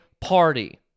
party